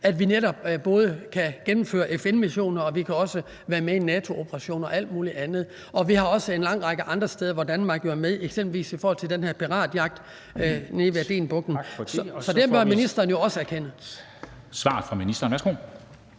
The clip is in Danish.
at vi netop både kan gennemføre FN-missioner og også være med i NATO-operationer og alt muligt andet. Vi har også en lang række andre steder, hvor Danmark jo er med, eksempelvis i forhold til den piratjagt nede ved Adenbugten. Så det bør ministeren jo også erkende. Kl. 13:21 Formanden (Henrik